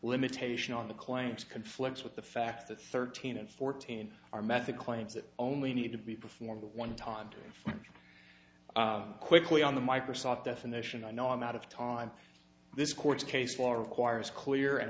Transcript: limitation on the claims conflicts with the fact that thirteen and fourteen are method claims that only need to be performed one time to quickly on the microsoft definition are no amount of time this court case law requires clear and